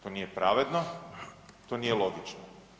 To nije pravedno, to nije logično.